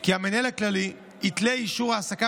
כי המנהל הכללי יתלה אישור העסקה